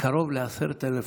קרוב ל-10,000,